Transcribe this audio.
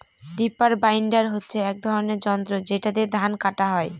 reaper binder হচ্ছে এক ধরনের যন্ত্র যেটা দিয়ে ধান কাটা হয়